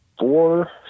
Four